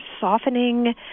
softening